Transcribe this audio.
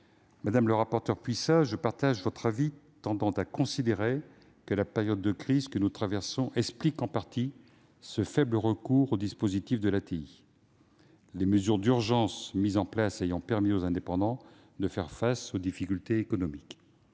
Madame le rapporteur pour avis Puissat, je suis d'accord avec vous, la période de crise que nous traversons explique en partie ce faible recours au dispositif de l'ATI, les mesures d'urgence mises en place ayant permis aux indépendants de faire face aux difficultés économiques.